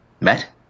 Met